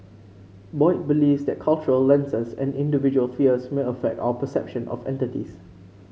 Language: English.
Boyd believes that cultural lenses and individual fears may affect our perception of entities